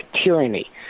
tyranny